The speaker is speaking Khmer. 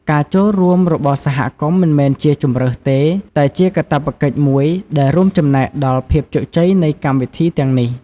ការចូលរួមរបស់សហគមន៍មិនមែនជាជម្រើសទេ តែជាកាតព្វកិច្ចមួយដែលរួមចំណែកដល់ភាពជោគជ័យនៃកម្មវិធីទាំងនេះ។